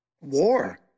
War